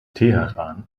teheran